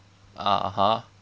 (uh huh)